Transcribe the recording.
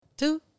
Two